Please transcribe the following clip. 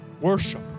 Worship